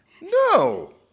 No